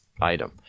item